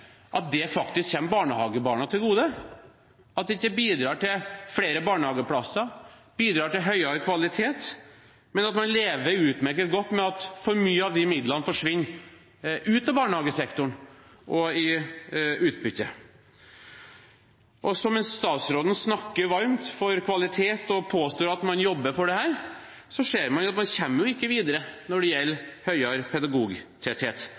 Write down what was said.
det faktisk barnehagebarna til gode – at det ikke bidrar til flere barnehageplasser, bidrar til høyere kvalitet, men at man lever utmerket godt med at for mye av de midlene forsvinner ut av barnehagesektoren og i utbytte. Mens statsråden snakker varmt for kvalitet og påstår at man jobber for dette, ser man at man kommer ikke videre når det gjelder høyere pedagogtetthet.